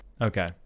Okay